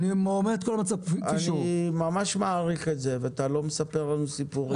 אני ממש מעריך את זה ואתה לא מספר לנו סיפורים.